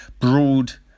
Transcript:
Broad